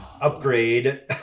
upgrade